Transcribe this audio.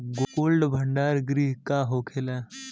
Cold भण्डार गृह का होखेला?